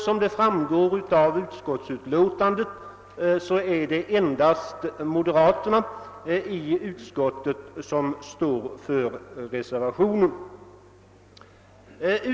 Som framgår av utlåtandet är det moderaterna i utskottet som står bakom reservationen.